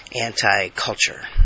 anti-culture